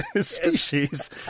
species